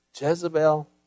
Jezebel